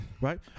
Right